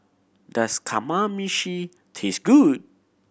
does Kamameshi taste good